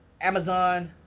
Amazon